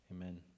amen